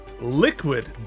liquid